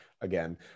again